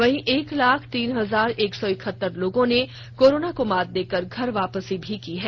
वहीं एक लाख तीन हजार एक सौ इकहत्तर लोगों ने कोरोना को मात देकर घर वापसी भी की है